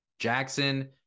Jackson